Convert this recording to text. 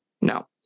No